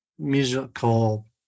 musical